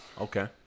Okay